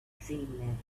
dreamland